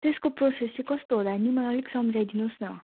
त्यसको प्रोसेस चाहिँ कस्तो होला नि मलाई अलिक सम्झाइदिनुहोस् न